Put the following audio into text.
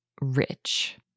rich